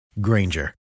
Granger